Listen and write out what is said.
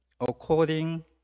According